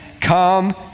come